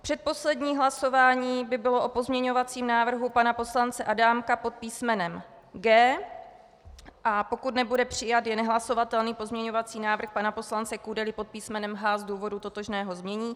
Předposlední hlasování by bylo o pozměňovacím návrhu pana poslance Adámka pod písmenem G, a pokud nebude přijat, je nehlasovatelný pozměňovací návrh pana poslance Kudely pod písmenem H z důvodu totožného znění.